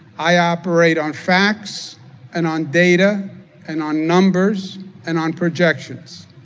i operate on facts and on data and on numbers and on projections.